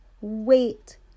wait